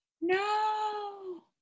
no